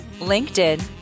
LinkedIn